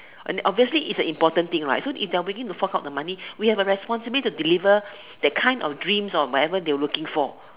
obviously its an important thing right so if they are willing to fork out the money we have a responsibility to deliver the kind of dream or whatever they are looking for